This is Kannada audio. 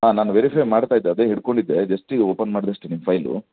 ಹಾಂ ನಾನು ವೆರಿಫೈ ಮಾಡ್ತಾ ಇದ್ದೆ ಅದೇ ಹಿಡ್ಕೊಂಡಿದ್ದೆ ಜಸ್ಟ್ ಈಗ ಓಪನ್ ಮಾಡಿದೆ ಅಷ್ಟೆ ನಿಮ್ಮ ಫೈಲ್